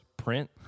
print